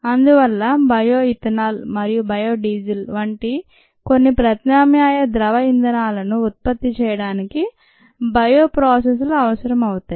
అందువల్ల bio ethanol మరియు bio diesel వంటి కొన్ని ప్రత్యామ్నాయ ద్రవ ఇంధనాలను ఉత్పత్తి చేయడానికి బయో ప్రాసెస్ లు అవసరం అవుతాయి